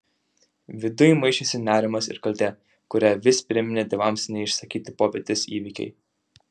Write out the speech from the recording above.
viduj maišėsi nerimas ir kaltė kurią vis priminė tėvams neišsakyti popietės įvykiai